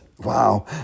Wow